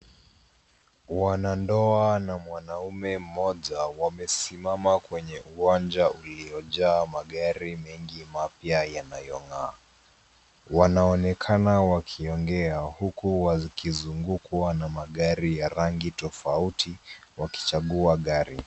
Wanandoa na mwanaume mmoja wamesimama kwenye uwanja uliojaa magari mengi mapya yanayong'aa. Wanaonekana wakiongea huku wakizungukwa na magari ya rangi tofauti wakichagua gari.